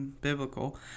biblical